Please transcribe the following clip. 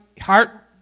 heart